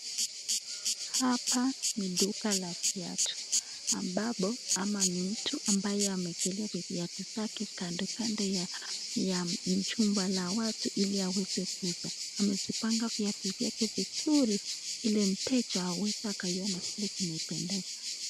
Hapa ni duka la viatu ambapo ama ni mtu ambaye amewekelea viatu zake kando kando ya jumba la watu ili aweze kuuuza. Amezipanga viatu vyake vizuri ili mteja aweze kuona kile kimemependeza.